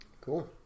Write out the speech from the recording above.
Cool